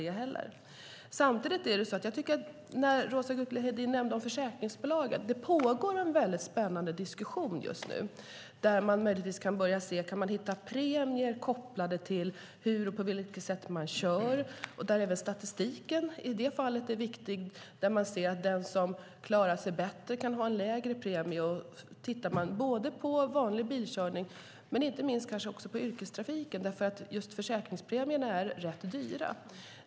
Roza Güclü Hedin nämnde försäkringsbolagen, och det pågår en spännande diskussion just nu om man kan hitta premier kopplade till sättet att köra. Statistiken är viktig i detta fall, och den som klarar sig bättre kan ha en lägre premie. Man tittar på vanlig bilkörning men inte minst på yrkestrafiken därför att försäkringspremierna är rätt höga.